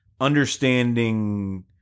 understanding